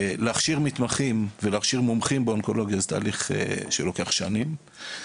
הכשרת מומחים ומתמחים באונקולוגיה זה תהליך שלוקח שנים,